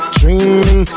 dreaming